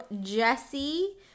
Jesse